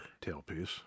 tailpiece